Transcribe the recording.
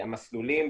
המסלולים,